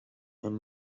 and